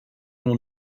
will